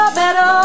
better